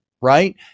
right